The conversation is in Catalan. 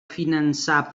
finançar